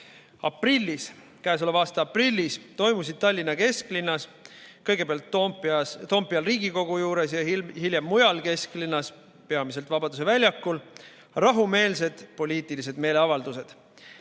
Käesoleva aasta aprillis toimusid Tallinna kesklinnas, kõigepealt Toompeal Riigikogu juures ja hiljem mujal kesklinnas, peamiselt Vabaduse väljakul, rahumeelsed poliitilised meeleavaldused.